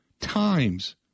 times